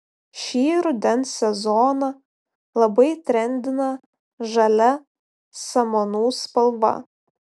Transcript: šį rudens sezoną labai trendina žalia samanų spalva